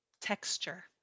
Texture